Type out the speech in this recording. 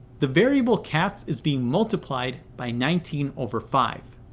the variable cats is being multiplied by nineteen over five.